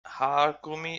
haargummi